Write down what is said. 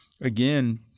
again